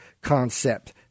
concept